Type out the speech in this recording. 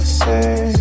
say